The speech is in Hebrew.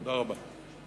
תודה רבה.